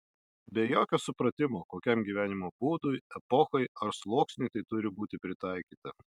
be jokio supratimo kokiam gyvenimo būdui epochai ar sluoksniui tai turi būti pritaikyta